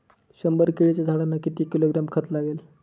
शंभर केळीच्या झाडांना किती किलोग्रॅम खत लागेल?